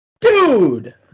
Dude